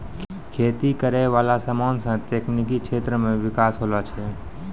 खेती करै वाला समान से तकनीकी क्षेत्र मे बिकास होलो छै